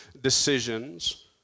decisions